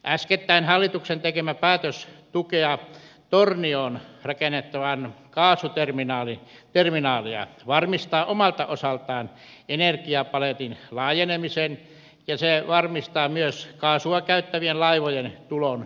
äskettäin hallituksen tekemä päätös tukea tornioon rakennettavaa kaasuterminaalia varmistaa omalta osaltaan energiapaletin laajenemisen ja se varmistaa myös kaasua käyttävien laivojen tulon perämerenkaarelle